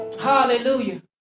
Hallelujah